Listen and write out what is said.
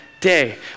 day